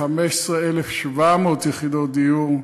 15,700 יחידות דיור,